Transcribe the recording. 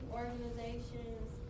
organizations